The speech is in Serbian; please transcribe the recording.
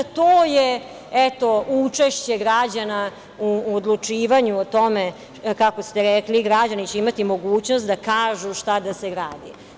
To je eto učešće građana u odlučivanju o tome, kako ste rekli, građani će imati mogućnost da kažu šta da se gradi.